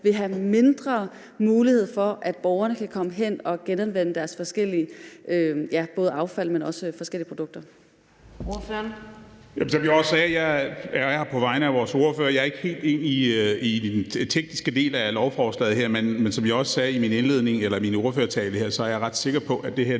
vil give forringede muligheder for, at borgerne kan komme hen og få genanvendt både deres affald, men også forskellige produkter.